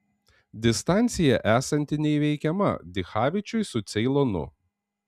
distancija esanti neįveikiama dichavičiui su ceilonu